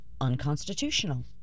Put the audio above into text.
unconstitutional